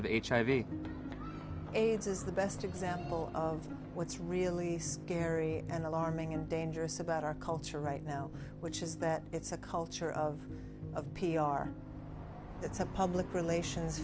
hiv aids is the best example of what's really scary and alarming and dangerous about our culture right now which is that it's a culture of a p r it's a public relations